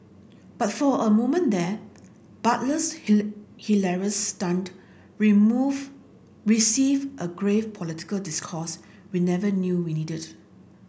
but for a moment there Butler's hilarious stunt remove received a grave political discourse we never knew we needed